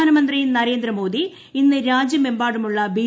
പ്രധാനമന്ത്രി നരേന്ദ്ര്മോദി ഇന്ന് രാജ്യമെമ്പാടുള്ള ന് ബി